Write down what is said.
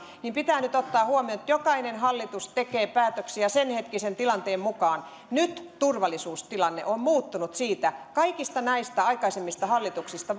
pitää nyt ottaa huomioon että jokainen hallitus tekee päätöksiä senhetkisen tilanteen mukaan nyt turvallisuustilanne on muuttunut siitä kaikista näistä aikaisemmista hallituksista